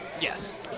Yes